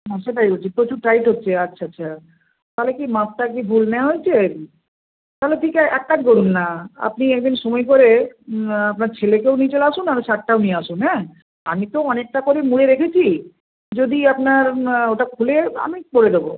হুম সেটাই বলছি প্রচুর টাইট হচ্ছে আচ্ছা আচ্ছা তাহলে কি মাপটা কি ভুল নেওয়া হয়েছে তাহলে ঠিক এক কাজ করুন না আপনি এক দিন সময় করে আপনার ছেলেকেও নিয়ে চলে আসুন আর শার্টটাও নিয়ে আসুন হ্যাঁ আমি তো অনেকটা করে মুড়ে রেখেছি যদি আপনার ওটা খুলে আমি করে দেবো